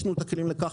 יש לנו הכלים לכך,